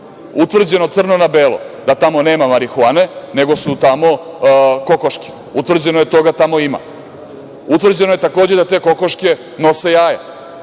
Utvrđeno crno na belo, da tamo nema marihuane, nego su tamo kokoške. Utvrđeno je da toga tamo ima. Utvrđeno je takođe da te kokoške nose jaja